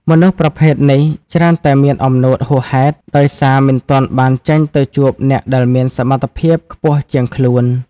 មនុស្សប្រភេទនេះច្រើនតែមានអំនួតហួសហេតុ ដោយសារមិនទាន់បានចេញទៅជួបអ្នកដែលមានសមត្ថភាពខ្ពស់ជាងខ្លួន។